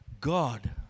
God